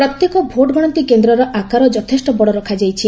ପ୍ରତ୍ୟେକ ଭୋଟ୍ ଗଣତି କେନ୍ଦ୍ରର ଆକାର ଯଥେଷ୍ଟ ବଡ଼ ରଖାଯାଇଛି